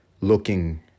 looking